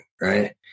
right